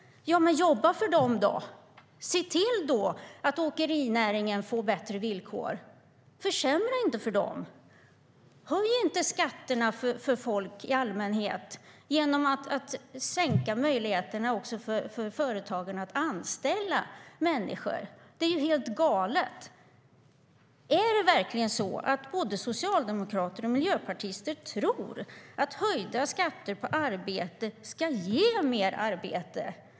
Ja, men jobba för dem då! Se till att åkerinäringen får bättre villkor! Försämra inte för dem! Höj inte skatterna för folk i allmänhet genom att minska möjligheterna för företagen att anställa människor! Det är ju helt galet. Är det verkligen så att både socialdemokrater och miljöpartister tror att höjda skatter på arbete ska ge fler arbeten?